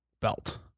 belt